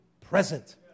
present